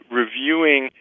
reviewing